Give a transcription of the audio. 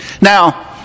Now